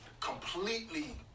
completely